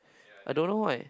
I don't know eh